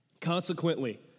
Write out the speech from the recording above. Consequently